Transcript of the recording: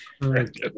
right